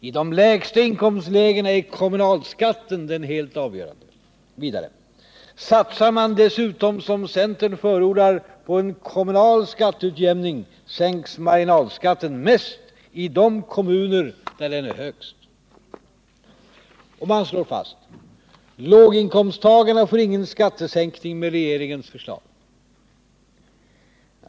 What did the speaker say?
I de lägsta inkomstlägena är kommunalskatten den helt avgörande.” —-—-- ”Satsar man dessutom, som centerpartiet förordar, på en kommunal skatteutjämning sänks marginalskatten mest i de kommuner där den är högst.” Och man slår fast: Låginkomsttagarna får ingen skattesänkning med regeringens förslag.